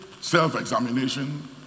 self-examination